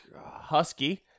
husky